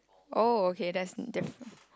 oh okay that's different